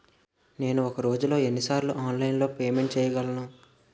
నేను ఒక రోజులో ఎన్ని సార్లు ఆన్లైన్ పేమెంట్ చేయగలను?